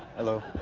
hello.